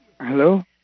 Hello